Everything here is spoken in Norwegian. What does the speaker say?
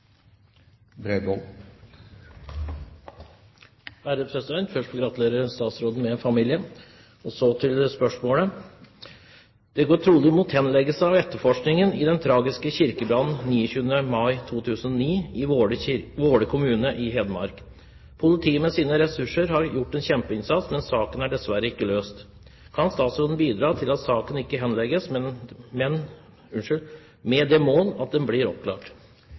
etterforskningen i den tragiske kirkebrannen 29. mai 2009 i Våler kommune i Hedmark. Politiet med sine ressurser har gjort en kjempeinnsats, men saken er dessverre ikke løst. Kan statsråden bidra til at saken ikke henlegges, med det mål at den blir oppklart?»